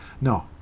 No